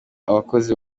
abakozi